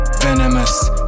venomous